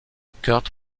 kurt